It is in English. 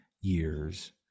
years